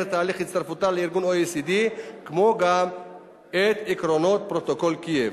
תהליך הצטרפותה ל-OECD כמו גם את עקרונות פרוטוקול קייב.